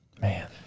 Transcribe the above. Man